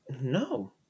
no